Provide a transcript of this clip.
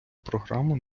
програму